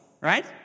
Right